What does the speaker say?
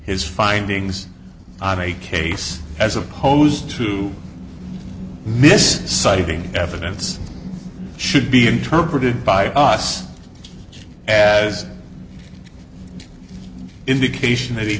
his findings on a case as opposed to miss citing evidence should be interpreted by us as indication that he